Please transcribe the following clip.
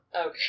Okay